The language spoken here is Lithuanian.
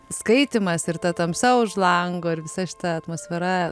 skaitymas ir ta tamsa už lango ir visa šita atmosfera